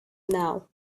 now